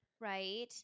Right